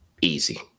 Easy